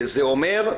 זה אומר,